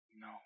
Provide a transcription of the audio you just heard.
No